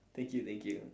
thank you thank you